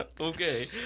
Okay